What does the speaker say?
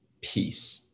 peace